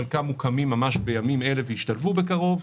חלקם מוקמים ממש בימים אלה וישתלבו בקרוב,